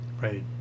Right